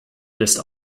lässt